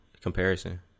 comparison